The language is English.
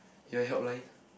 you want helpline